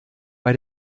bei